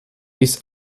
bis